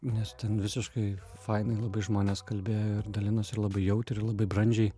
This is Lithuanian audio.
nes ten visiškai fainai labai žmonės kalbėjo ir dalinosi ir labai jautriai ir labai brandžiai